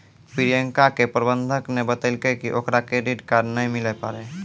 प्रियंका के प्रबंधक ने बतैलकै कि ओकरा क्रेडिट कार्ड नै मिलै पारै